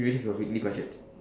you already have your weekly budget